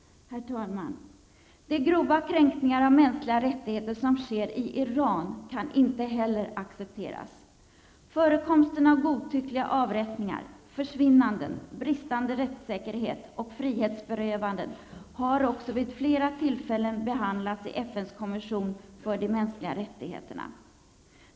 Herr talman! De grova kränkningar av mänskliga rättigheter som sker i Iran kan inte heller accepteras. Förekomsten av godtyckliga avrättningar, försvinnanden, bristande rättssäkerhet och frihetsberövanden har också vid flera tillfällen behandlats i FNs kommission för de mänskliga rättigheterna.